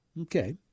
Okay